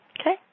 okay